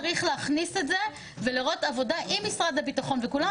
צריך להכניס את זה ולעשות עבודה עם משרד הביטחון ועם כולם,